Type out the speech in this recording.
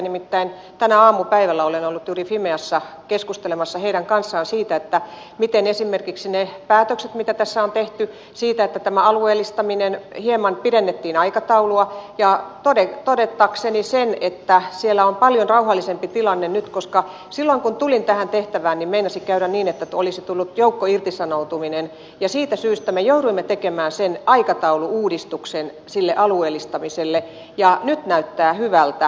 nimittäin tänään aamupäivällä olen ollut juuri fimeassa keskustelemassa heidän kanssaan esimerkiksi niistä päätöksistä mitä tässä on tehty siitä että hieman pidennettiin tämän alueellistamisen aikataulua todetakseni sen että siellä on paljon rauhallisempi tilanne nyt koska silloin kun tulin tähän tehtävään meinasi käydä niin että olisi tullut joukkoirtisanoutuminen ja siitä syystä me jouduimme tekemään sen aikataulu uudistuksen sille alueellistamiselle ja nyt näyttää hyvältä